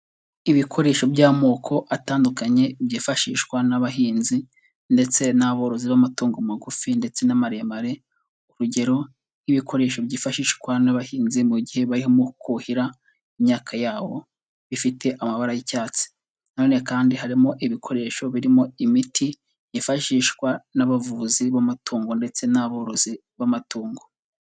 Ibikoresho by'amoko atandukanye, byifashishwa n'abahinzi ndetse n'aborozi b'amatungo magufi ndetse n'amaremare, urugero nk'ibikoresho byifashishwa n'abahinzi mu gihe barimo kuhira imyaka yabo, bifite amabara y'icyatsi. Na none kandi harimo ibikoresho birimo imiti yifashishwa n'abavuzi b'amatungo ndetse n'aborozi b'amatungo.